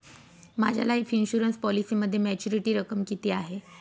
माझ्या life insurance पॉलिसीमध्ये maturity रक्कम किती आहे?